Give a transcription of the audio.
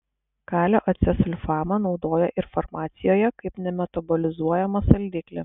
kalio acesulfamą naudoja ir farmacijoje kaip nemetabolizuojamą saldiklį